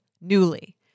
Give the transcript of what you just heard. Newly